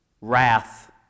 Wrath